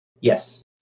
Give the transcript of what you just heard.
Yes